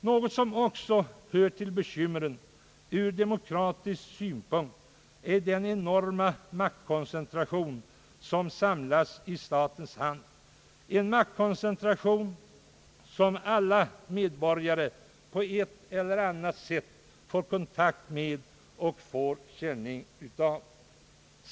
Något som också hör till bekymren ur demokratisk synpunkt är den enorma maktkoncentration, som samlats i statens hand — en maktkoncentration som alla medborgare på ett eller annat sätt får kontakt med och får känning av.